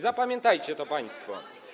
Zapamiętajcie to państwo.